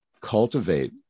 cultivate